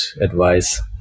advice